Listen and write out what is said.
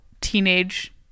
teenage